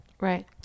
right